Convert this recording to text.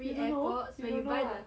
you don't know you don't know ah